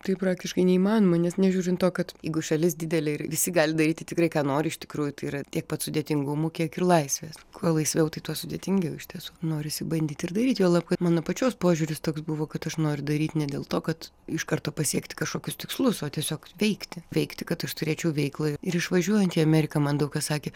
tai praktiškai neįmanoma nes nežiūrint to kad jeigu šalis didelė ir visi gali daryti tikrai ką nori iš tikrųjų tai yra tiek pat sudėtingumų kiek ir laisvės kuo laisviau tai tuo sudėtingiau iš tiesų norisi bandyt ir daryt juolab kad mano pačios požiūris toks buvo kad aš noriu daryt ne dėl to kad iš karto pasiekti kažkokius tikslus o tiesiog veikti veikti kad aš turėčiau veiklą ir išvažiuojant į ameriką man daug kas sakė